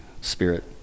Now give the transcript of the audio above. spirit